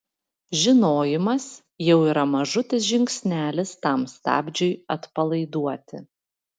žinojimas jau yra mažutis žingsnelis tam stabdžiui atpalaiduoti